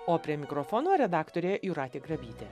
o prie mikrofono redaktorė jūratė grabytė